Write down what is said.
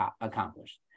accomplished